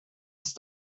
ist